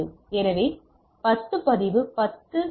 எனவே 10 பதிவு 10 எஸ்